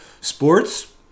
sports